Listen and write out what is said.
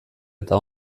eta